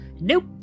Nope